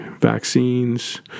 vaccines